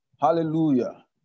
Hallelujah